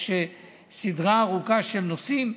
יש סדרה ארוכה של נושאים,